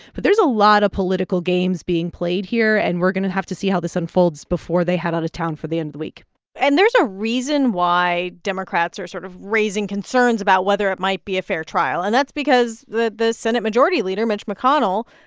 but there's a lot of political games being played here. and we're going to have to see how this unfolds before they head out of town for the end of week and there's a reason why democrats are sort of raising concerns about whether it might be a fair trial. and that's because the the senate majority leader, mitch mcconnell,